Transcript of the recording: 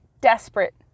desperate